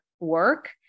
work